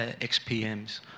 XPMs